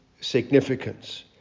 significance